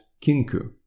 Kinku